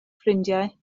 ffrindiau